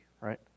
right